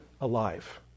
alive